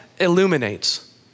illuminates